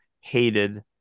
hated